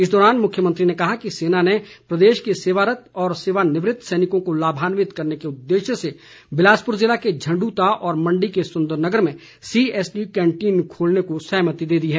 इस दौरान मुख्यमंत्री ने कहा कि सेना ने प्रदेश के सेवारत और सेवानिवृत सैनिकों को लाभान्वित करने के उदेश्य से बिलासपुर ज़िले के झंड़ता और मंडी के सुंदरनगर में सीएसडी कैंटीन खोलने को सहमति दे दी है